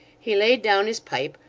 he laid down his pipe,